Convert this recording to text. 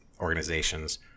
organizations